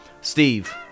Steve